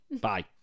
Bye